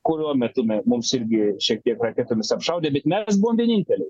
kurio metu me mums irgi šiek tiek raketomis apšaudė bet mes buvom vieninteliai